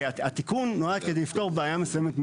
כי התיקון נועד לפתור בעיה מסוימת,